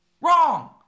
Wrong